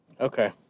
Okay